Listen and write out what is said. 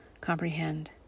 comprehend